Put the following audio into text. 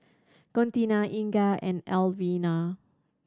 Contina Inga and Alvina